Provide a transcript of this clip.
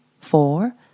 four